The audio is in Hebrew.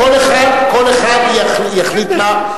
כל אחד יחליט מה.